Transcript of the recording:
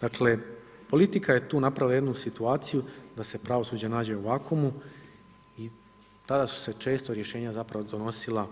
Dakle, politika je tu napravila jednu situaciju da se pravosuđe nađe u vakuumu i tada su se često rješenja zapravo donosila